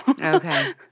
Okay